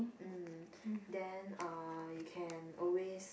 um then uh you can always